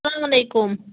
السلام علیکُم